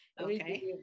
Okay